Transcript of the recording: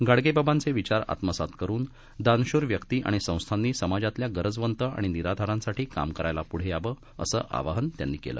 गाडगेबाबांचे विचार आत्मसात करुन दानशूर व्यक्ती आणि संस्थानी समाजातल्या गरजवंत आणि निराधारांसाठी काम करायला पुढे यावं असं आवाहन त्यांनी केलं